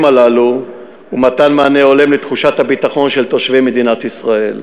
הללו ומתן מענה הולם לתחושת הביטחון של תושבי מדינת ישראל.